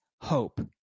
hope